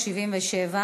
377